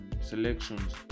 selections